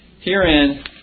Herein